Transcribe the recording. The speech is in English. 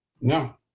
no